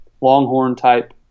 Longhorn-type